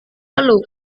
lalu